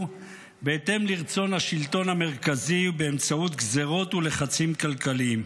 בהתאם לרצון השלטון המרכזי באמצעות גזרות ולחצים כלכליים.